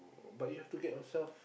but you have to get yourself